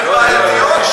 והן בעייתיות.